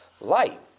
light